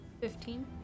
Fifteen